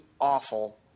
awful